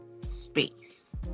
space